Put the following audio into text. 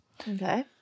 Okay